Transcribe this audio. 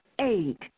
Eight